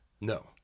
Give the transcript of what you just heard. No